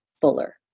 Fuller